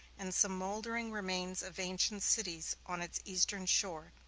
and some moldering remains of ancient cities on its eastern shore,